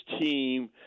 team